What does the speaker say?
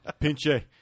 Pinche